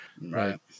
right